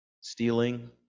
stealing